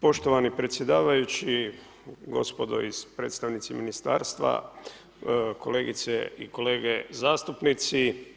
Poštovani predsjedavajući, gospodo iz predstavnici ministarstva, kolegice i kolege zastupnici.